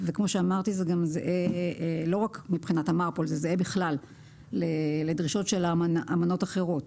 וכמו שאמרתי זה גם זהה בכלל לדרישות של אמנות אחרות.